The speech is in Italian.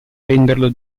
renderlo